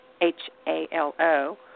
H-A-L-O